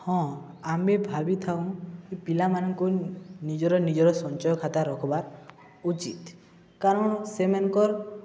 ହଁ ଆମେ ଭାବିଥାଉ ପିଲାମାନଙ୍କୁ ନିଜର ନିଜର ସଞ୍ଚୟ ଖାତା ରଖ୍ବାର୍ ଉଚିତ୍ କାରଣ ସେମାନ୍କର୍